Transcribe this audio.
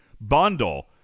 bundle